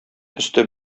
өсте